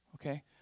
okay